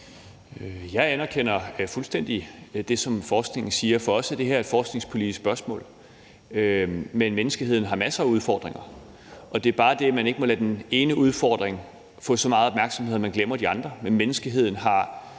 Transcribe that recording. Jeg anerkender fuldstændig det, som forskningen siger. For os er det her et forskningspolitisk spørgsmål. Men menneskeheden har masser af udfordringer, og det handler bare om, at man ikke må lade én udfordring få så meget opmærksomhed, at man glemmer de andre. Men menneskeheden har